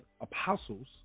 apostles